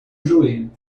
joelho